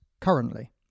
currently